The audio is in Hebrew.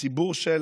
ציבור של